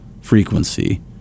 frequency